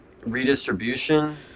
redistribution